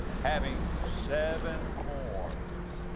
having seven horns.